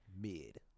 Mid